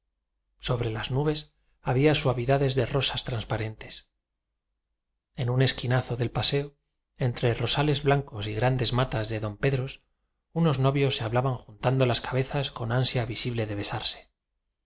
bre las nubes había suavidades de rosas transparentes en un esquinazo del pa seo entre rosales blancos y grandes matas de dompedros unos novios se hablaban juntando las cabezas con ansia visible de besarse